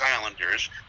Islanders